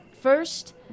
first